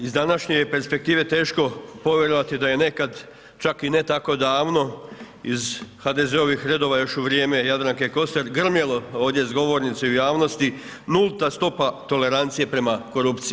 Iz današnje je perspektive teško povjerovati da je nekada čak i ne tako davno iz HDZ-ovih redova još u vrijeme Jadranke Kosor grmjelo ovdje iz govornice i u javnosti, nulta stopa tolerancije prema korupciji.